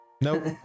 Nope